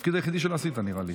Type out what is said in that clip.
התפקיד היחידי שלא עשית, נראה לי.